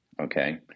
Okay